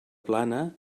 plana